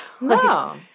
No